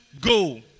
go